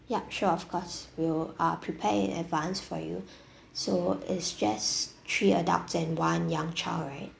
yup sure of course we'll uh prepare in advance for you so is just three adults and one young child right